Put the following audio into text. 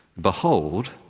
Behold